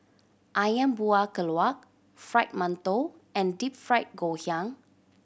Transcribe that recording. Ayam Buah Keluak Fried Mantou and Deep Fried Ngoh Hiang